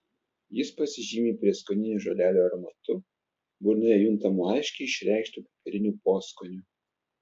jis pasižymi prieskoninių žolelių aromatu burnoje juntamu aiškiai išreikštu pipiriniu poskoniu